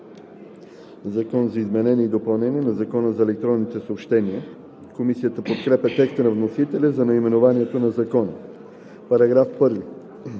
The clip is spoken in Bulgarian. „Закон за изменение и допълнение на Закона за електронните съобщения“. Комисията подкрепя текста на вносителя за наименованието на Закона.